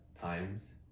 times